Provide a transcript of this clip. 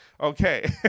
Okay